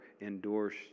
endorse